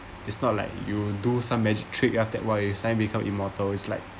it's not like you do some magic trick ah that why your sign become immortal is like